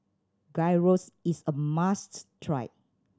gyros is a must try